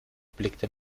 blickte